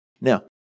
Now